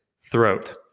throat